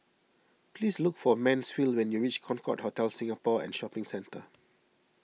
please look for Mansfield when you reach Concorde Hotel Singapore and Shopping Centre